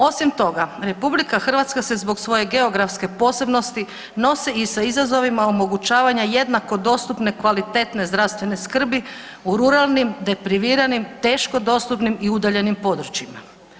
Osim toga RH se zbog svoje geografske posebnosti nosi i sa izazovima omogućavanja jednako dostupne kvalitetne zdravstvene skrbi u ruralnim, depriviranim, teško dostupnim i udaljenim područjima.